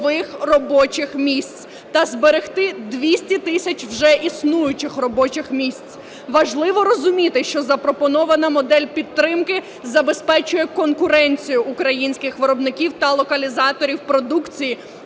Важливо розуміти, що запропонована модель підтримки забезпечує конкуренцію українських виробників та локалізаторів продукції